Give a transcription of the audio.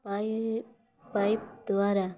pipe pipe ଦ୍ଵାରା